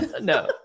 No